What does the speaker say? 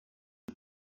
det